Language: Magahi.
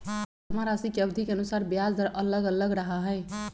जमाराशि के अवधि के अनुसार ब्याज दर अलग अलग रहा हई